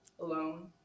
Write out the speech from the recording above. alone